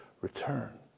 return